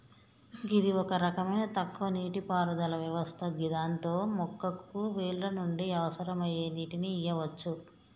గిది ఒక రకమైన తక్కువ నీటిపారుదల వ్యవస్థ గిదాంతో మొక్కకు వేర్ల నుండి అవసరమయ్యే నీటిని ఇయ్యవచ్చు